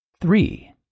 Three